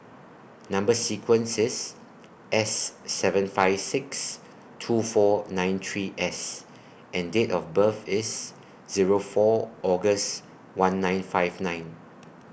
Number sequence IS S seven five six two four nine three S and Date of birth IS Zero four August one nine five nine